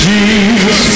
Jesus